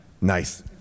Nice